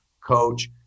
coach